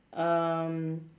um